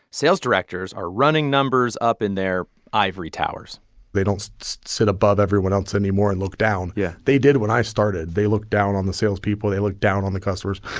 sales directors are running numbers up in their ivory towers they don't sit above everyone else anymore and look down yeah they did when i started. they looked down on the salespeople. they looked down on the customers.